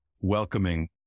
welcoming